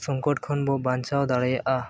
ᱥᱚᱝᱠᱚᱴ ᱠᱷᱚᱱ ᱵᱚ ᱵᱟᱧᱪᱟᱣ ᱫᱟᱲᱮᱭᱟᱜᱼᱟ